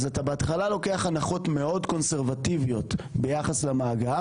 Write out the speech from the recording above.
אתה בהתחלה לוקח הנחות מאוד קונסרבטיביות ביחס למאגר,